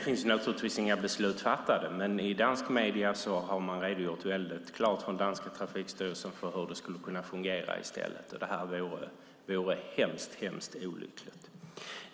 Det är naturligtvis inga beslut fattade, men i danska medier har den danska trafikstyrelsen klart redogjort för hur det skulle fungera. Det vore hemskt olyckligt.